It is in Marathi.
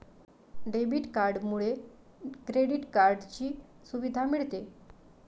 डेबिट कार्डमुळे क्रेडिट कार्डची सुविधा मिळते